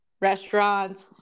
restaurants